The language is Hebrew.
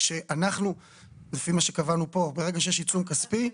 ברגע שיש עיצום כספי,